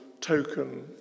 token